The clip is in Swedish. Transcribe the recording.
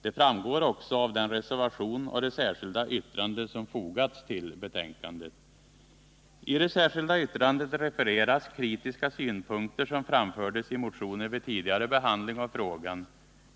Det framgår också av den reservation och det särskilda yttrande som fogats till betänkandet. I det särskilda yttrandet refereras kritiska synpunkter, som framfördes i motioner vid tidigare behandling av frågan.